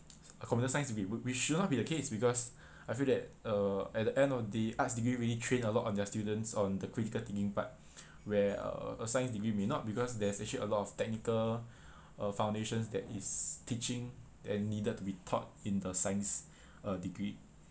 a computer science degree which should not be the case because I feel that uh at the end of the day arts degree really train a lot on their students on the critical thinking part where uh a science degree may not because there's actually a lot of technical uh foundations that is teaching and needed to be taught in the science uh degree